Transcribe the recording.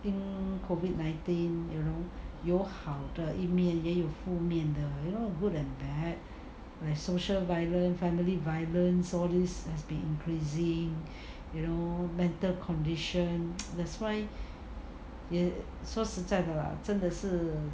in COVID nineteen you know 有好的一面也有不好的一面的 you know good and bad and social violence family violence all these has been increasing you know mental condition that's why 也说实在的 lah 真的是